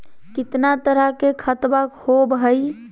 कितना तरह के खातवा होव हई?